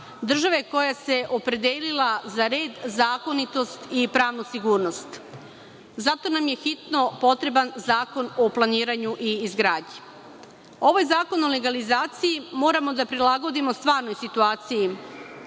države koja se opredelila za red, zakonitost i pravnu sigurnost. Zato nam je hitno potreban zakon o planiranju i izgradnji. Ovaj zakon o legalizaciji moramo da prilagodimo stvarnoj situaciji